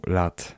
lat